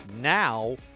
Now